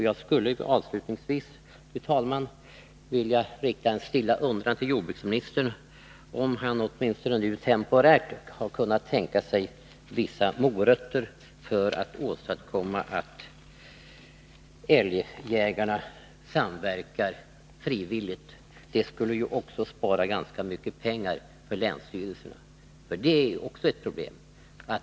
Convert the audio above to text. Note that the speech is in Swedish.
Jag skulle avslutningsvis, fru talman, vilja framföra en stilla undran till jordbruksministern, om han kan tänka sig vissa morötter, åtminstone temporärt, för att åstadkomma att älgjägarna samverkar frivilligt. Det skulle även spara ganska mycket pengar för länsstyrelserna. Det är nämligen också ett problem.